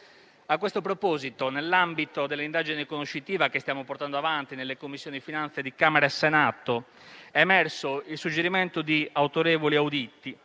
A questo proposito, nell'ambito dell'indagine conoscitiva che stiamo portando avanti nelle Commissioni finanze di Camera e Senato, è emerso il suggerimento di autorevoli auditi